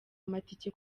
amatike